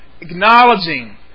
Acknowledging